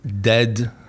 dead